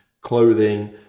clothing